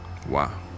wow